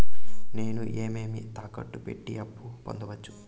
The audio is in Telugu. నేను ఏవేవి తాకట్టు పెట్టి అప్పు పొందవచ్చు?